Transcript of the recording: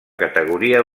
categoria